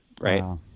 Right